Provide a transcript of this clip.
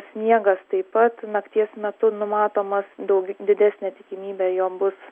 sniegas taip pat nakties metu numatomas daug didesnė tikimybė jom bus